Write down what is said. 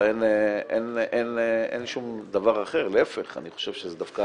אין שום דבר אחר, אני חושב שזה דווקא